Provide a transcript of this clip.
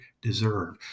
deserve